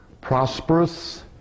prosperous